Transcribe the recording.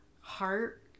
heart